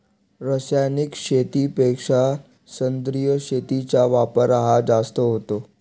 रासायनिक शेतीपेक्षा सेंद्रिय शेतीचा वापर हा जास्त होतो